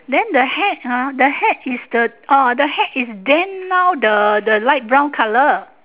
then the hat ah the hat is the uh the hat is then now the the light brown colour